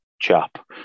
chap